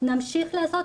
נמשיך לעשות,